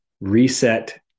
reset